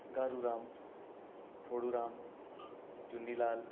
Gahru Ram Thohru Ram Chunni Lal